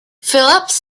phillips